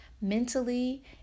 mentally